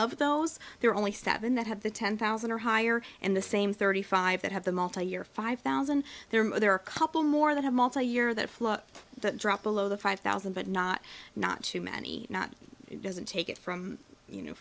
of those there are only seven that have the ten thousand or higher and the same thirty five that have the multi year five thousand there are there are a couple more that have multi year that flop that drop below the five thousand but not not too many not it doesn't take it from you know